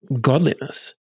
godliness